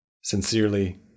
Sincerely